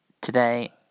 today